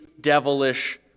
devilish